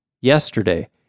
yesterday